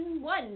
one